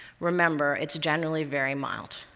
remember, it's generally very mild.